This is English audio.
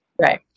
Right